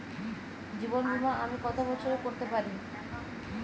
জীবন বীমা আমি কতো বছরের করতে পারি?